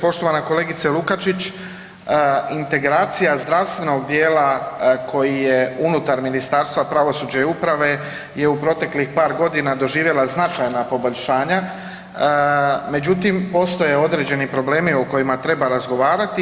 Poštovana kolegice Lukačić, integracija zdravstvenog dijela koji je unutar Ministarstva pravosuđa i uprave je u proteklih par godina doživjela značajna poboljšanja, međutim postoje određeni problemi o kojima treba razgovarati.